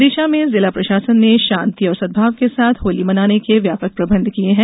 विदिशा में जिला प्रशासन ने शांति और सदभाव के साथ होली मनाने के व्यापक प्रबंध किये हैं